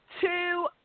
Two